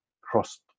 cross